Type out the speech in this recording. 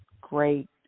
great